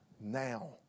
now